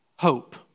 Hope